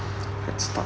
press stop